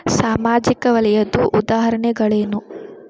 ಸಾಮಾಜಿಕ ವಲಯದ್ದು ಉದಾಹರಣೆಗಳೇನು?